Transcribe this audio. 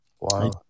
Wow